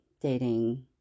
dating